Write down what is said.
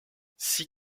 six